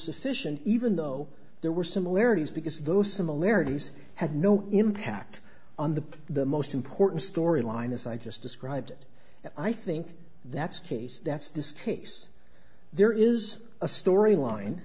sufficient even though there were similarities because those similarities had no impact on the the most important story line as i just described i think that's a case that's this case there is a story line